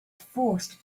forced